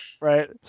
Right